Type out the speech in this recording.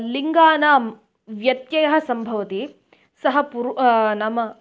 लिङ्गानां व्यत्ययः सम्भवति सः पुरुषः नाम